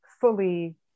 fully